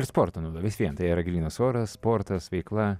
ir sporto nauda vis vien tai yra grynas oras sportas veikla